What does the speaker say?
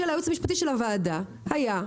של הייעוץ המשפטי של הוועדה היה: